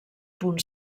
punt